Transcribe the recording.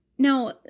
Now